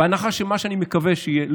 בהנחה שיהיה מה שאני מקווה שיהיה,